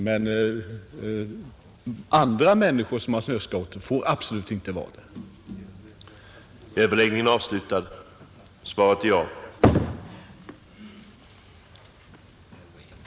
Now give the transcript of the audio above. Men andra människor som äger snöskotrar får inte köra där,